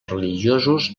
religiosos